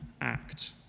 act